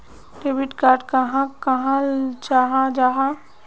Debit card कहाक कहाल जाहा जाहा?